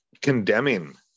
condemning